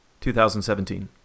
2017